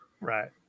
Right